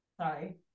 Sorry